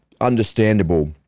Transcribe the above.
understandable